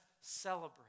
celebrate